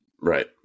Right